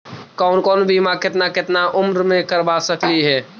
कौन कौन बिमा केतना केतना उम्र मे करबा सकली हे?